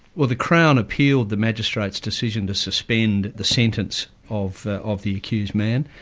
well the crown appealed the magistrate's decision to suspend the sentence of the of the accused man,